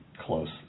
close